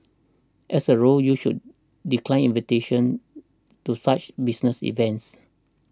as a rule you should decline invitations to such business events